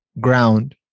ground